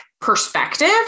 perspective